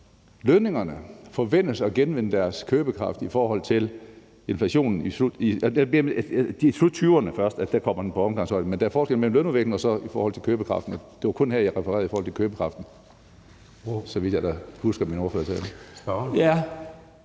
lønningerne forventes at genvinde deres købekraft i forhold til inflationen, i slut-2020'erne først, altså der kommer den på omgangshøjde, men der er forskel mellem lønudvikling og så det i forhold til købekraften. Det var kun her, jeg refererede i forhold til købekraften, så vidt jeg da husker min ordførertale.